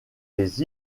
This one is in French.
les